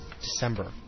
December